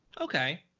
Okay